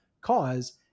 Cause